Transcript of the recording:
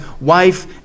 wife